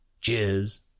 cheers